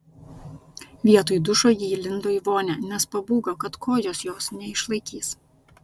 vietoj dušo ji įlindo į vonią nes pabūgo kad kojos jos neišlaikys